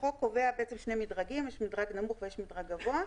החוק קובע שני מדרגים, מדרג נמוך ומדרג גבוה.